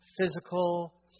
Physical